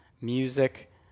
music